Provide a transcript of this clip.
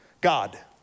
God